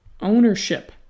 ownership